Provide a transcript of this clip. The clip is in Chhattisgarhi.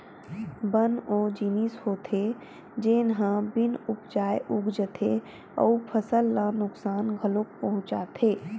बन ओ जिनिस होथे जेन ह बिन उपजाए उग जाथे अउ फसल ल नुकसान घलोक पहुचाथे